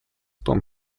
том